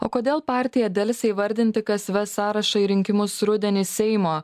o kodėl partija delsė įvardinti kas ves sąrašą į rinkimus rudenį seimo